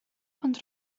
ond